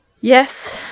Yes